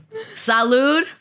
Salud